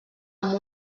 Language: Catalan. amb